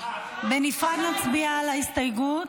בנפרד נצביע על ההסתייגות,